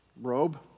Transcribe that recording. robe